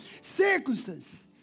circumstances